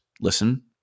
listen